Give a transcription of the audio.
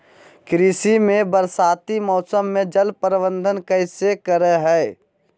कृषि में बरसाती मौसम में जल प्रबंधन कैसे करे हैय?